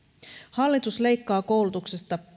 hallitus leikkaa koulutuksesta